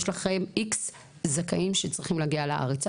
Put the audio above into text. יש לכם איקס זכאים שצריכים להגיע לארץ.